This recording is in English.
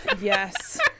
yes